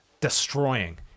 destroying